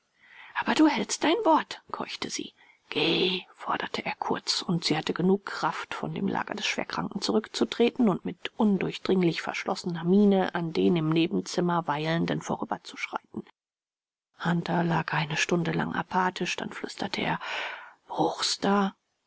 aber du hältst dein wort keuchte sie geh forderte er kurz und sie hatte genug kraft von dem lager des schwerkranken zurückzutreten und mit undurchdringlich verschlossener miene an den im nebenzimmer weilenden vorüberzuschreiten hunter lag eine stunde lang apathisch dann flüsterte er